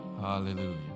Hallelujah